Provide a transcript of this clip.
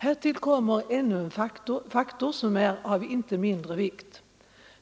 Härtill kommer ännu en faktor, som inte är av mindre vikt.